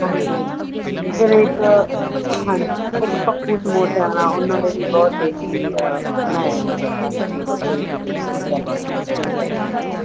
ਜਿਵੇਂ ਇੱਕ ਹਾਂ ਇੱਕ ਪੱਪੂ ਸਮੋਸੇ ਵਾਲਾ ਉਹਨਾਂ ਦੇ ਵੀ ਬਹੁਤ ਟੇਸਟੀ ਅ ਬਣਾਇਆ ਜਾਂਦਾ ਫਾਸਟ ਫੂਡ ਉੱਥੇ ਵੀ ਤੁਸੀਂ ਟਰਾਈ ਕਰ ਸਕਦੇ ਹੋ ਉੱਥੇ ਵੀ ਜਾ ਸਕਦੇ ਹੋ